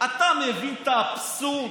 אתה מבין את האבסורד?